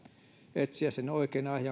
etsiä sen oikean